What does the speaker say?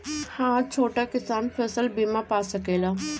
हा छोटा किसान फसल बीमा पा सकेला?